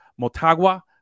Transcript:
Motagua